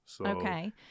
Okay